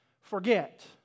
forget